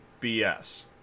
BS